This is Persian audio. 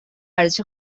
ارزش